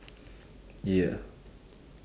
ya